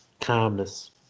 calmness